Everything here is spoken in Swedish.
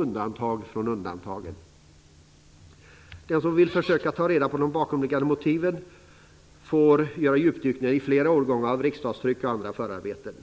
undantag från undantagen! Den som vill försöka ta reda på de bakomliggande motiven får göra djupdykningar i flera årgångar av riksdagstryck och andra förarbeten.